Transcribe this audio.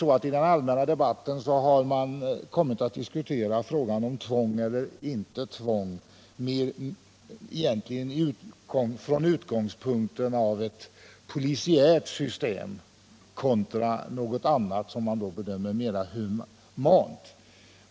Tyvärr har den allmänna debatten kommit att avse frågan om tvång eller inte tvång, med utgång från två alternativ, nämligen ett polisiärt system kontra något annat som man bedömer som mera humant.